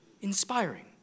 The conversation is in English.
inspiring